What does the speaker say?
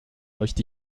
möchte